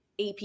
AP